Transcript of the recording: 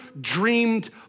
dreamed